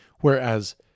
Whereas